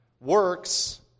Works